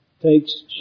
takes